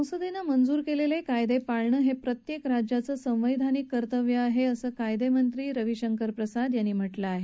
संसदेनं मंजूर केलेले कायदे पाळणं हे प्रत्येक राज्याचं संवैधानिक कर्तव्य आहे असं कायदा मंत्री रवी शंकर प्रसाद यांनी म्हटलं आहे